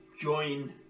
join